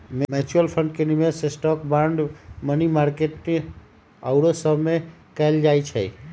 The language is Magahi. म्यूच्यूअल फंड के निवेश स्टॉक, बांड, मनी मार्केट आउरो सभमें कएल जाइ छइ